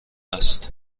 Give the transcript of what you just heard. است